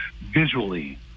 visually